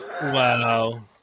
Wow